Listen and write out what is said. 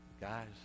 Guys